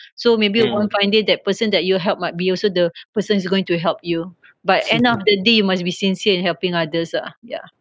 so maybe one fine day that person that you helped might be also the person is going to help you but end of the day must be sincere in helping others ah ya